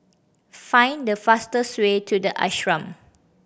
find the fastest way to The Ashram